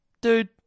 dude